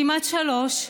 כמעט שלוש,